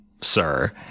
sir